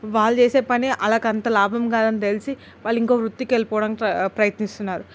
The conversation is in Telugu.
వాళ్ళు చేసే పని వాళ్ళకి అంత లాభం కాదని తెలిసి వాళ్ళు ఇంకో వృత్తికి వెళ్ళిపోవటానికి ప్రయత్నిస్తున్నారు